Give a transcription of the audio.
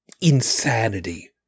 insanity